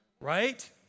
right